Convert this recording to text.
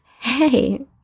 Hey